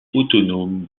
autonome